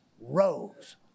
rose